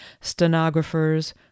stenographers